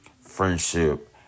friendship